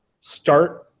start